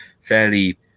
fairly